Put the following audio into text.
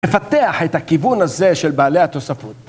מפתח את הכיוון הזה של בעלי התוספות.